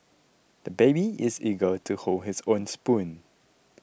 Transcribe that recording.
the baby is eager to hold his own spoon